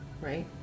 right